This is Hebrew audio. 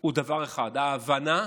הוא דבר אחד: ההבנה